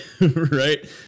right